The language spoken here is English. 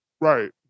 Right